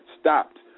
stopped